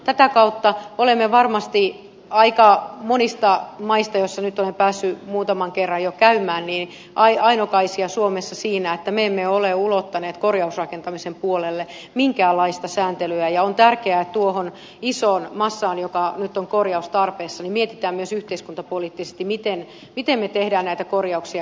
tätä kautta olemme varmasti aika monista maista joissa nyt olen päässyt muutaman kerran jo käymään ainokaisia suomessa siinä että me emme ole ulottaneet korjausrakentamisen puolelle minkäänlaista sääntelyä ja on tärkeää tuon ison massan osalta joka nyt on korjaustarpeessa miettiä myös yhteiskuntapoliittisesti miten me teemme näitä korjauksia jatkossa